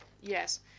Yes